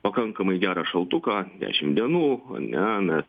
pakankamai gerą šaltuką dešimt dienų ane mes